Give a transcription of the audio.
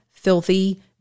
filthy